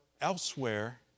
elsewhere